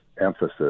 emphasis